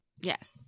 yes